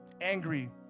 angry